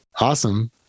awesome